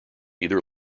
either